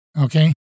Okay